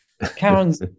karen's